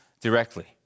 directly